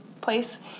place